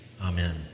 Amen